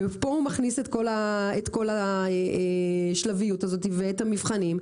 ופה הוא מכניס את כול השלביות הזאת ואת המבחנים,